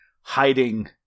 hiding